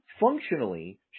functionally